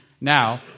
Now